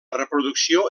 reproducció